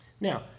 Now